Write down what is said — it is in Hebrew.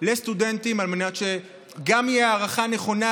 לסטודנטים על מנת שגם תהיה הערכה נכונה,